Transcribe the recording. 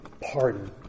pardon